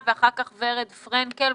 שלום לכולם.